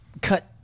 Cut